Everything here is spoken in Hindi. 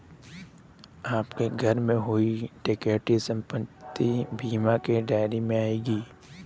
आपके घर में हुई डकैती संपत्ति बीमा के दायरे में आएगी